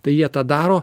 tai jie tą daro